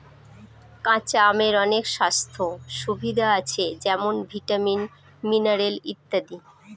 কাঁচা আমের অনেক স্বাস্থ্য সুবিধা আছে যেমন ভিটামিন, মিনারেল ইত্যাদি